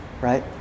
right